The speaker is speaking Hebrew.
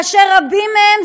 רבות מהן,